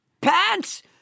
pants